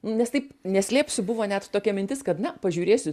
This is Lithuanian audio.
nes taip neslėpsiu buvo net tokia mintis kad na pažiūrėsiu